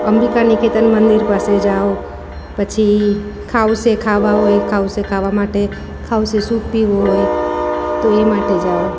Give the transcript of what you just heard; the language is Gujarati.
અંબિકા નિકેતન મંદિર પાસે જાઓ પછી ખાઉસે ખાવા હોય ખાઉસે ખાવા માટે ખાઉસે સૂપ પીવો હોય તો એ માટે જાઓ